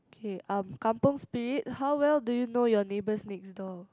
okay um kampung spirit how well do you know your neighbours next door